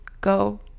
go